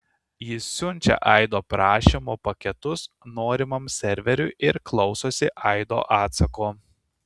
jis siunčia aido prašymo paketus norimam serveriui ir klausosi aido atsako